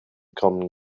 common